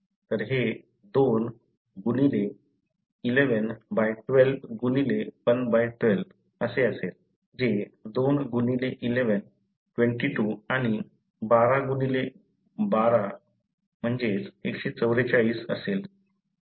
तर हे 2 गुणिले 11 बाय 12 गुणिले 1 बाय 12 21112112 असेल जे 2 गुणिले 11 211 22 आणि 12 गुणिले 12 असेल 1212 144 असेल